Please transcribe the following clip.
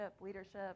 leadership